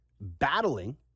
battling